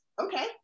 okay